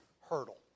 hurdle